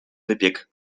wypiek